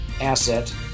asset